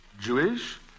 Jewish